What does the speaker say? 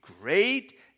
Great